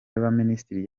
y’abaminisitiri